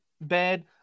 bad